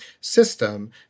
system